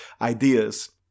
ideas